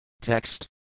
Text